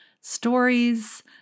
stories